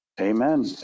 Amen